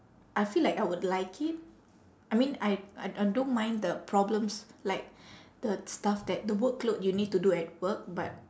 I feel like I would like it I mean I I I don't mind the problems like the stuff that the workload you need to do at work but